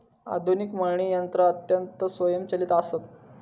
आधुनिक मळणी यंत्रा अत्यंत स्वयंचलित आसत